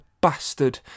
bastard